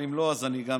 אם לא, אני גם